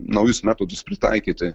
naujus metodus pritaikyti